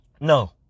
no